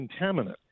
contaminant